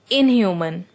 inhuman